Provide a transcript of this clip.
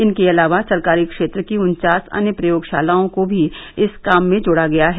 इनके अलावा सरकारी क्षेत्र की उन्चास अन्य प्रयोगशालाओं को भी इस काम में जोड़ा गया है